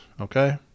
okay